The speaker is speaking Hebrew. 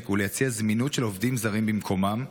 ולייצר זמינות של עובדים זרים במקומם,